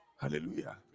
hallelujah